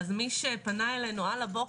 אז מי שפנה אלינו על הבוקר,